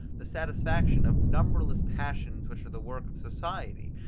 the satisfaction of numberless passions which are the work of society,